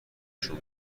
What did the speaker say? شون